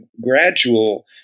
gradual